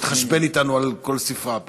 תתחשבן אתנו על כל ספרה פה.